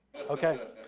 okay